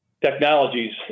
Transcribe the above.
Technologies